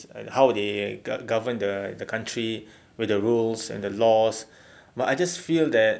and how they govern the country with the rules and the laws but I just feel that